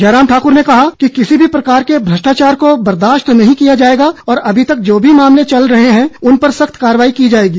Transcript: जयराम ठाकुर ने कहा कि किसी भी प्रकार के भ्रष्टाचार को बर्दाश्त नहीं किया जाएगा और अभी तक जो भी मामले चल रहे हैं उन पर सख्त कार्रवाई की जाएगी